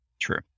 True